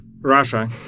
Russia